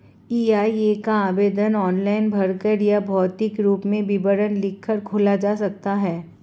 EIA का आवेदन online भरकर या भौतिक रूप में विवरण लिखकर खोला जा सकता है